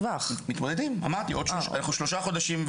אנחנו כל הזמן בודקים את הנושא,